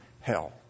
hell